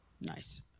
nice